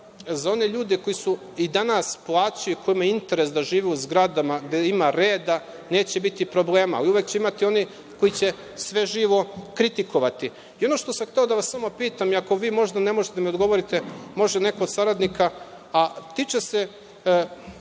za one ljude koji i danas plaćaju i kojima je interes da žive u zgradama gde ima reda i neće biti problema, ali uvek će imati onih koji će sve živo kritikovati. Ono što sam hteo samo da vas pitam, ako vi možda ne možete da mi odgovorite, može neko od saradnika, tiče se